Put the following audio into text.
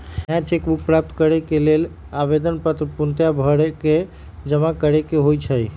नया cheque book प्राप्त करेके लेल आवेदन पत्र पूर्णतया भरके जमा करेके होइ छइ